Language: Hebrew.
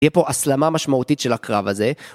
יהיה פה הסלמה משמעותית של הקרב הזה.